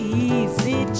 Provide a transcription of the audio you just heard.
easy